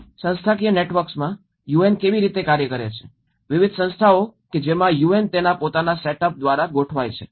સંસ્થાકીય નેટવર્ક્સમાં યુએન કેવી રીતે કાર્ય કરે છે વિવિધ સંસ્થાઓ કે જેમાં યુએન તેના પોતાના સેટઅપ દ્વારા ગોઠવાય છે